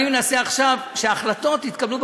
אני מנסה עכשיו שההחלטות יתקבלו,